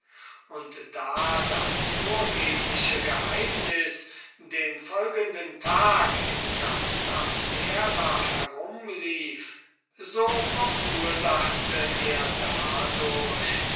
und da das vorgebliche geheimnis des demokritus den folgenden tag in ganz abdera herumlief so verursachte er dadurch